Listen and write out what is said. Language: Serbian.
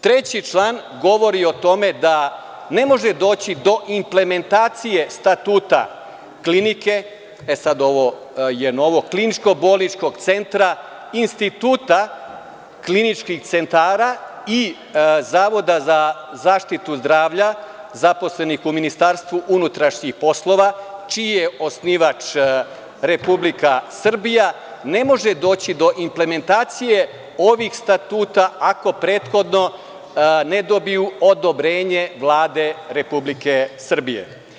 Treći član govori o tome da ne može doći do implementacije statuta klinike, sada ovo je novo – kliničko-bolničkog centra, instituta kliničkih centara i Zavoda za zaštitu zdravlja, zaposlenih u MUP, čiji je osnivač Republika Srbija, ne može doći do implementacije ovih statuta ako prethodno ne dobiju odobrenje Vlade Republike Srbije.